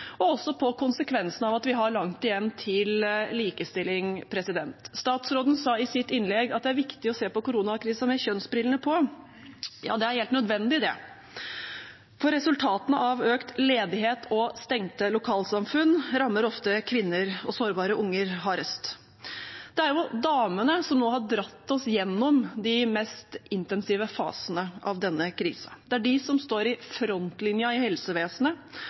og også på konsekvensene av at vi har langt igjen til likestilling. Statsråden sa i sitt innlegg at det er viktig å se på koronakrisen med kjønnsbrillene på. Ja, det er helt nødvendig, for resultatene av økt ledighet og stengte lokalsamfunn rammer ofte kvinner og sårbare unger hardest. Det er damene som nå har dratt oss gjennom de mest intensive fasene av denne krisen. Det er de som står i frontlinjen i helsevesenet,